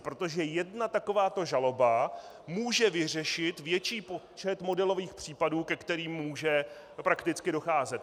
Protože jedna takováto žaloba může vyřešit větší počet modelových případů, ke kterým může prakticky docházet.